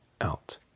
out